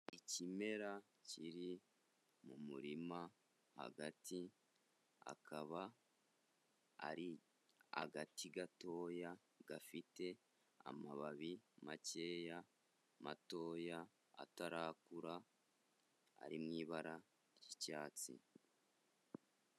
Ikimera kiri mu murima, hagati akaba ari agati gatoya, gafite amababi makeya matoya atarakura ari mu ibara ry'icyatsi.